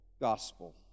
gospel